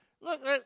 Look